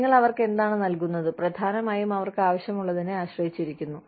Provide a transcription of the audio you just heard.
നിങ്ങൾ അവർക്ക് എന്താണ് നൽകുന്നത് പ്രധാനമായും അവർക്ക് ആവശ്യമുള്ളതിനെ ആശ്രയിച്ചിരിക്കുന്നു